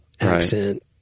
accent